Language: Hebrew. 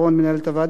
מנהלת הוועדה,